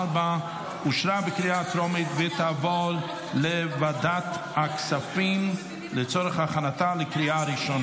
2024, לוועדת הכספים נתקבלה.